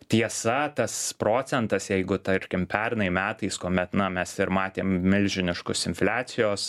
tiesa tas procentas jeigu tarkim pernai metais kuomet na mes ir matėm milžiniškus infliacijos